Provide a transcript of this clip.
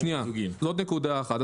שניה, זאת נקודה אחת.